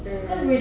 mm